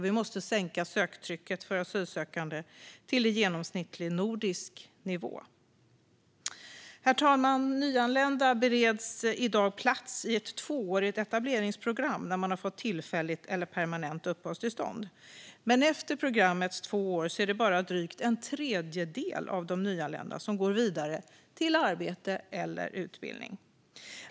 Vi måste sänka söktrycket till en genomsnittlig nordisk nivå. Herr talman! Nyanlända bereds i dag plats i ett tvåårigt etableringsprogram när de har fått tillfälligt eller permanent uppehållstillstånd. Men efter programmets två år är det bara drygt en tredjedel av de nyanlända som går vidare till arbete eller utbildning.